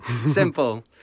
Simple